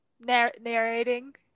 narrating